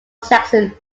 saxon